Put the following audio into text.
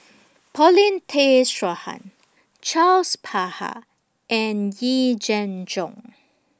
Paulin Tay Straughan Charles Paglar and Yee Jenn Jong